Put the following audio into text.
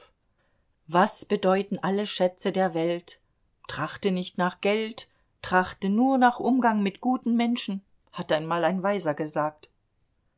was bedeuten alle schätze der welt trachte nicht nach geld trachte nur nach umgang mit guten menschen hat einmal ein weiser gesagt